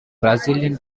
brazilian